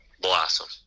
blossom